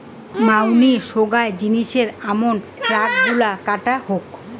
মাঙনি সোগায় জিনিসের আমন ট্যাক্স গুলা কাটা হউ